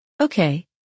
Okay